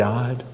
God